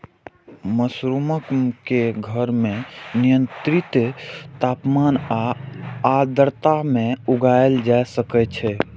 mushroom कें घर मे नियंत्रित तापमान आ आर्द्रता मे उगाएल जा सकै छै